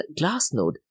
Glassnode